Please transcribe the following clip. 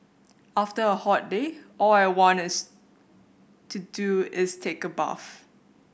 after a hot day all I want is to do is take a bath